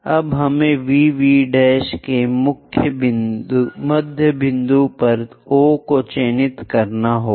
अब हमें VV' के मध्य बिंदु पर O को चिह्नित करना होगा